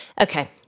Okay